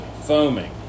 foaming